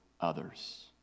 others